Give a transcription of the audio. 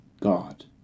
God